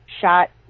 shot